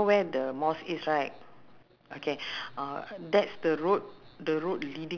okay so she took four years but uh uh some other chinese uh